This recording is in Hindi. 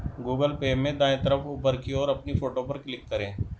गूगल पे में दाएं तरफ ऊपर की ओर अपनी फोटो पर क्लिक करें